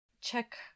check